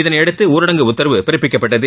இதனையடுத்து ஊரடங்கு உத்தரவு பிறப்பிக்கப்பட்டது